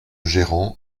gérant